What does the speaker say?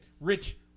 Rich